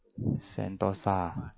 sentosa ah